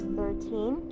thirteen